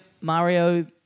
Mario